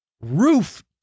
Roof